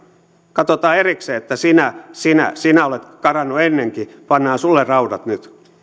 katsotaan erikseen että sinä sinä sinä olet karannut ennenkin pannaan sinulle raudat nyt